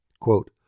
quote